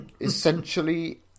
Essentially